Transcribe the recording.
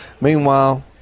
Meanwhile